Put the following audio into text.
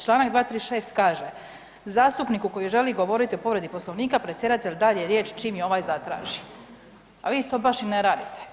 Članak 236. kaže, zastupniku koji želi govoriti o povredi Poslovnika predsjedatelj daje riječ čim je ovaj zatraži, a vi to baš i ne radite.